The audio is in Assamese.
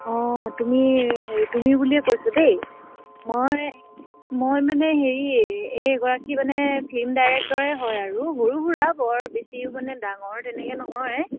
অঁ তুমি হেৰি তুমি বুলিয়ে কৈছোঁ দেই মই মই মানে হেৰি এই এগৰাকী মানে ফিল্ম ডাইৰেক্টৰে হয় আৰু সৰু সুৰা বৰ বেছি মানে ডাঙৰ তেনেকে নহয়